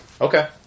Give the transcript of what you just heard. Okay